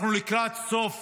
אנחנו לקראת סוף